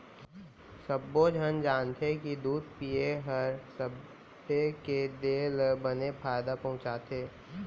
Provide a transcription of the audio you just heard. सब्बो झन जानथें कि दूद पिए हर सबे के देह ल बने फायदा पहुँचाथे